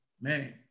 Man